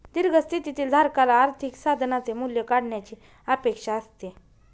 दीर्घ स्थितीतील धारकाला आर्थिक साधनाचे मूल्य वाढण्याची अपेक्षा असते